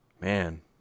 man